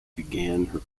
began